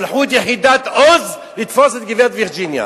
שלחו את יחידת "עוז" לתפוס את גברת וירג'יניה.